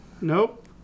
Nope